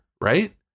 right